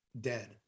dead